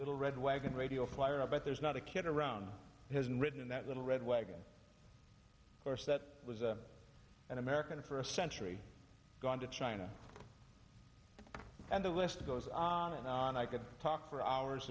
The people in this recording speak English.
little red wagon radio flyer but there's not a kid around has written that little red wagon course that was a an american first century going to china and the list goes on and on i could talk for hours